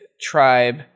tribe